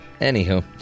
Anywho